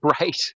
right